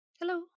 Hello